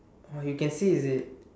oh you can see is it